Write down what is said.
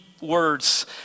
words